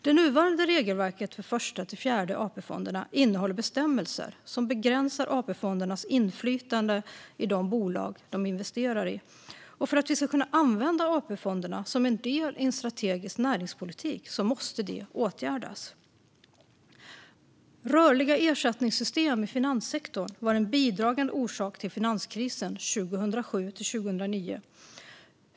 Det nuvarande regelverket för Första-Fjärde AP-fonden innehåller bestämmelser som begränsar AP-fondernas inflytande i de bolag de investerar i. För att vi ska kunna använda AP-fonderna som en del i en strategisk näringspolitik måste detta åtgärdas. Rörliga ersättningssystem i finanssektorn var en bidragande orsak till finanskrisen 2007-2009.